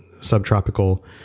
subtropical